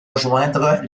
rejoindre